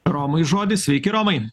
romui žodį sveiki romai